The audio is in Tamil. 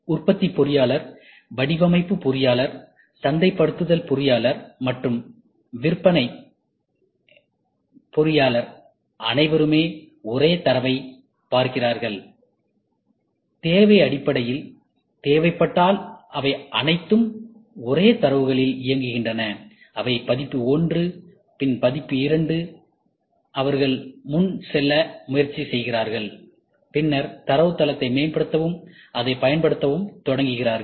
உற்பத்தி பொறியாளர் வடிவமைப்பு பொறியியலாளர் சந்தைப்படுத்தல் பொறியாளர் மற்றும் விற்பனை அனைவருமே ஒரே தரவைப் பார்க்கிறார்கள் தேவை அடிப்படையில் தேவைப்பட்டால் அவை அனைத்தும் ஒரே தரவுகளில் இயங்குகின்றன அவை பதிப்பு 1 பின்னர் பதிப்பு 2 அவர்கள் முன் செல்ல முயற்சி செய்கிறார்கள் பின்னர் தரவுத்தளத்தை மேம்படுத்தவும் அதைப் பயன்படுத்தவும் தொடங்குகிறார்கள்